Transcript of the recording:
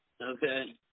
okay